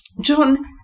John